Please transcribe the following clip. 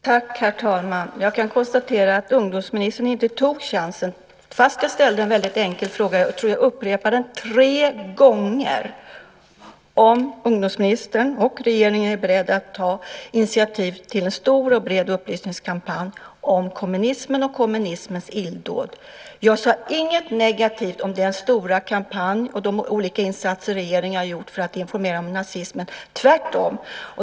Herr talman! Jag kan konstatera att ungdomsministern inte tog chansen, fast jag ställde en väldigt enkel fråga och, tror jag, upprepade den tre gånger, om ungdomsministern och regeringen är beredd att ta initiativ till en stor och bred upplysningskampanj om kommunismen och kommunismens illdåd. Jag sade inget negativt om den stora kampanj och de olika insatser regeringen har gjort för att informera om nazismen, tvärtom.